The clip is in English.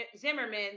Zimmerman